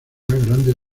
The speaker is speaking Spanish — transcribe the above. grandes